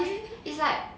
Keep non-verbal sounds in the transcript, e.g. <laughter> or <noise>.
<laughs>